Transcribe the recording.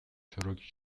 широкий